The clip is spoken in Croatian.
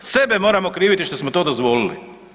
Sebe moramo kriviti što smo to dozvolili.